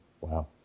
Wow